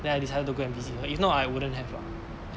then I decided to go and visit her if not I wouldn't have lah